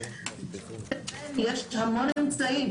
יש המון אמצעים.